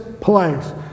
place